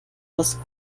was